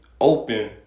open